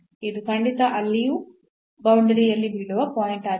ಇದು ಖಂಡಿತ ಅಲ್ಲಿಯೂ ಬೌಂಡರಿಯಲ್ಲಿ ಬೀಳುವ ಪಾಯಿಂಟ್ ಆಗಿದೆ